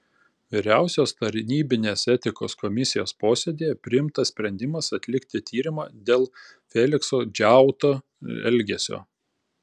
vyriausios tarnybinės etikos komisijos posėdyje priimtas sprendimas atlikti tyrimą dėl felikso džiauto elgesio